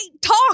talk